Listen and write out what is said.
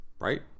right